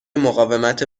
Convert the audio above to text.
مقاومت